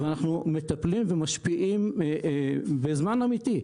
אנחנו מטפלים ומשפיעים בזמן אמיתי,